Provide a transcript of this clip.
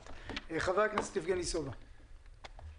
חבר הכנסת יבגני סובה, בבקשה.